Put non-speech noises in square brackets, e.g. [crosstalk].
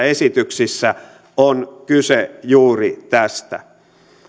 [unintelligible] esityksissä on kyse juuri tästä